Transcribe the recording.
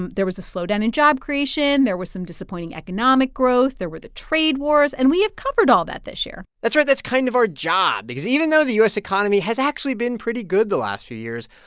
um there was a slowdown in job creation. there was some disappointing economic growth. there were the trade wars. and we have covered all that this year that's right. that's kind of our job because even though the u s. economy has actually been pretty good the last few years,